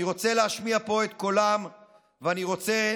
אני רוצה להשמיע פה את קולם ואני רוצה